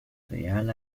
real